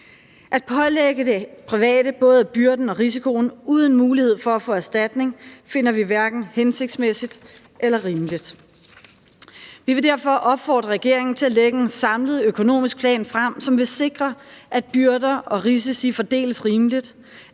At pålægge det private både byrden og risikoen uden mulighed for at få erstatning finder vi hverken hensigtsmæssigt eller rimeligt. Vi vil derfor opfordre regeringen til at lægge en samlet økonomisk plan frem, som vil sikre, at byrder og risici fordeles rimeligt,